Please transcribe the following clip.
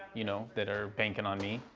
you know, that are banking on me,